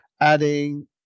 adding